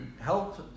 help